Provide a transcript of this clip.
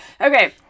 Okay